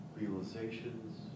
realizations